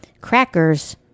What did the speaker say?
crackers